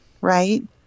Right